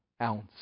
ounce